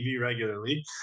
regularly